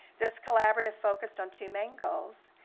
this collaborative focused on two main goals,